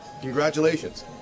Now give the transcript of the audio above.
Congratulations